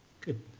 Good